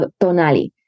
tonali